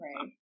right